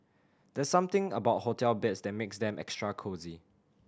there's something about hotel beds that makes them extra cosy